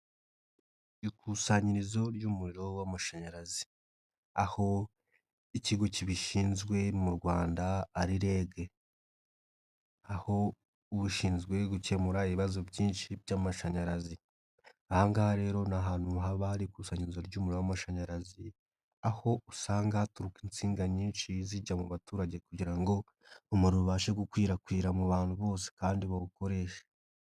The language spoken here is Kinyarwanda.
Ikusanyirizo ry'umuriro w'amashanyarazi. Aho ikigo kibishinzwe mu Rwanda ari REG. Aho ushinzwe gukemura ibibazo byinshi by'amashanyarazi. Aha ngaha rero ni ahantu haba hari ikusanyirizo ry'umuriro w'amashanyarazi, aho usanga haturuka insinga nyinshi zijya mu baturage kugira ngo umuriro ubashe gukwirakwira mu bantu bose kandi bawukoreshe.